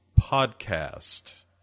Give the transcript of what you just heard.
podcast